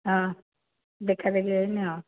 ହଁ ଦେଖା ଦେଖି ହେଇନି ଆଉ